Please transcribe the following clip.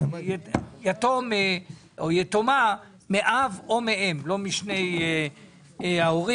יתום או יתומה מאב או מאם ולא משני ההורים